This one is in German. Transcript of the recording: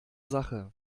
sache